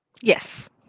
yes